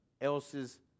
else's